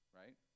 right